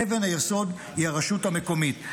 ואבן היסוד היא הרשות המקומית.